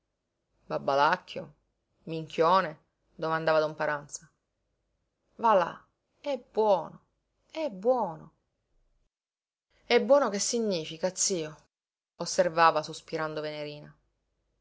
detto babbalacchio minchione domandava don paranza va là è buono è buono e buono che significa zio osservava sospirando venerina